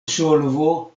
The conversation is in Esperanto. solvo